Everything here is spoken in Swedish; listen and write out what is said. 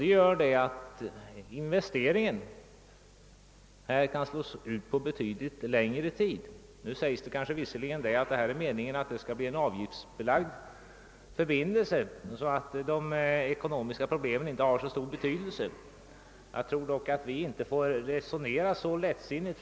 Detta medför att investeringen kan slås ut på betydligt längre tid. Nu sägs det kanske att det skall bli en avgiftsbelagd förbindelse, varför de ekonomiska problemen inte skulle ha så stor betydelse. Jag tror dock att vi inte får resonera så lättsinnigt.